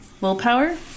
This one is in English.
Willpower